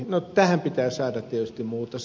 no tähän pitää saada tietysti muutos